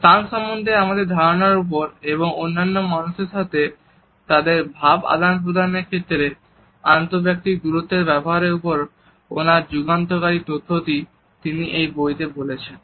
স্থান সম্বন্ধে আমাদের ধারণার ওপর এবং অন্যান্য মানুষের সাথে তাদের ভাব আদান প্রদানের ক্ষেত্রে আন্তঃব্যক্তিক দূরত্বের ব্যবহারের উপর ওনার যুগান্তকারী তত্ত্বটি তিনি এই বইতে বলেছেন